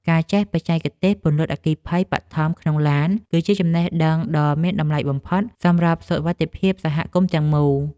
ការចេះបច្ចេកទេសពន្លត់អគ្គិភ័យបឋមក្នុងឡាន គឺជាចំណេះដឹងដ៏មានតម្លៃបំផុតសម្រាប់សុវត្ថិភាពសហគមន៍ទាំងមូល។